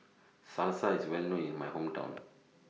Salsa IS Well known in My Hometown